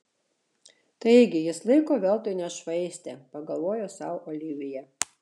taigi jis laiko veltui nešvaistė pagalvojo sau olivija